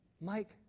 Mike